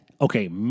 Okay